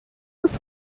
was